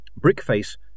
Brickface